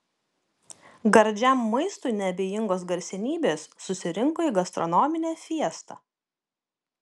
gardžiam maistui neabejingos garsenybės susirinko į gastronominę fiestą